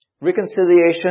Reconciliation